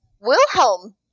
Wilhelm